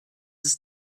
ist